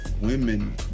women